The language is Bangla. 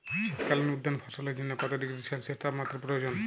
শীত কালীন উদ্যান ফসলের জন্য কত ডিগ্রী সেলসিয়াস তাপমাত্রা প্রয়োজন?